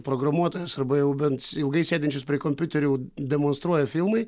programuotojus arba jau bent ilgai sėdinčius prie kompiuterių demonstruoja filmai